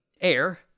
air